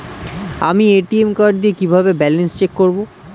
আমি ATM card দিয়ে কিভাবে ব্যালেন্স চেক করব?